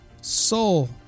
Soul